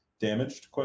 damaged